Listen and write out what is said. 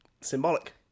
symbolic